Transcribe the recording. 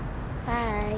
bye